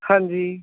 ਹਾਂਜੀ